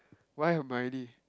why Hermione